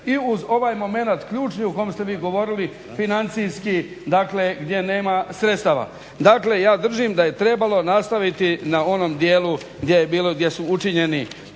I uz ovaj momenat ključni o kom ste vi govorili financijski dakle gdje nema sredstava. Dakle, ja držim da je trebalo nastaviti na onom dijelu gdje je bilo, gdje su učinjeni